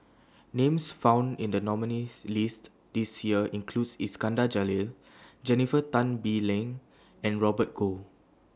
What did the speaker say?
Names found in The nominees' list This Year includes Iskandar Jalil Jennifer Tan Bee Leng and Robert Goh